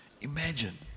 imagine